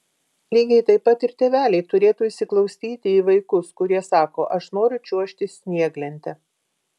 lygiai taip pat ir tėveliai turėtų įsiklausyti į vaikus kurie sako aš noriu čiuožti snieglente